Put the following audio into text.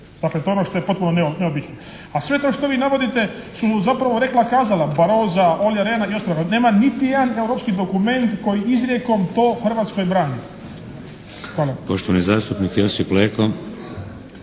dakle to je ono što je potpuno neobično, a sve to što vi navodite su zapravo rekla kazala Barrosa, Ollia Rehna i …/Govornik se ne razumije./… Nema niti jedan europski dokument koji izrijekom to Hrvatskoj brani. Hvala.